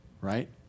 right